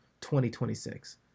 2026